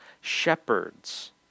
shepherds